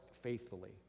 faithfully